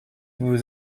vous